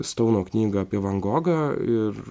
stouno knygą apie van gogą ir